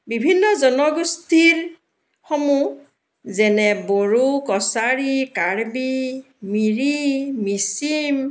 বিভিন্ন জনগোষ্ঠীৰ সমূহ যেনে বড়ো কছাৰী কাৰ্বি মিৰি মিচিম